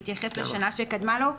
בהתייחס לשנה שקדמה לו.